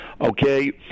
okay